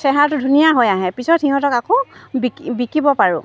চেহেৰাটো ধুনীয়া হৈ আহে পিছত সিহঁতক আকৌ বিকি বিকিব পাৰোঁ